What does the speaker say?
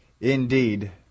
indeed